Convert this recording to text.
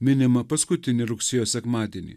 minimą paskutinį rugsėjo sekmadienį